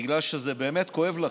בגלל שזה באמת כואב לכם.